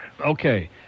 Okay